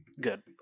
good